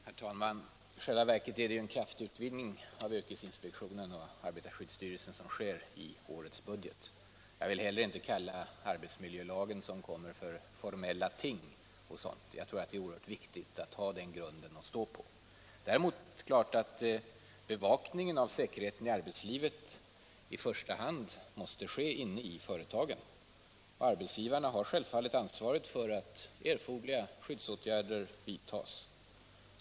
Herr tälman! I själva verket är det en kraftig utvidgning av yrkesinspektionen och arbetarskyddsstyrelsen som gjorts genom årets budget. Jag vill heller inte kalla den kommande arbetsmiljölagen för ”formella ting”. Jag tror att det är oerhört viktigt att ha den grunden att stå på. Däremot är det klart att bevakningen av säkerheten i arbetslivet i första hand måste ske inne i företagen. Arbetsgivarna har självfallet ansvaret för att erforderliga skyddsåtgärder vidtas.